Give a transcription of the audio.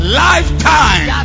lifetime